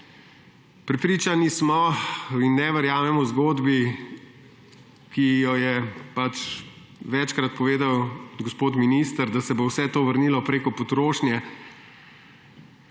Prepričani smo in ne verjamemo zgodbi, ki jo je večkrat povedal gospod minister – da se bo vse to vrnilo prek potrošnje.